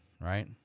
right